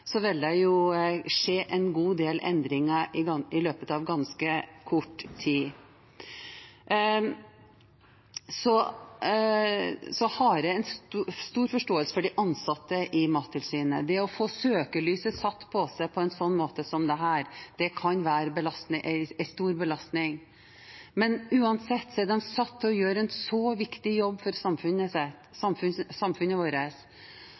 god del endringer i løpet av ganske kort tid. Jeg har stor forståelse for de ansatte i Mattilsynet. Det å få søkelyset satt på seg på en måte som dette kan være en stor belastning. Uansett er de satt til å gjøre en viktig jobb for samfunnet